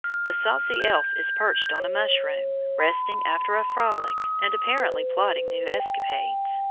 the saucy elf is perched on a mushroom, resting after a frolic, and apparently plotting new escapades.